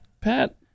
Pat